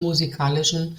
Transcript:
musikalischen